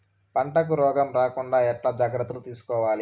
పంటకు రోగం రాకుండా ఎట్లా జాగ్రత్తలు తీసుకోవాలి?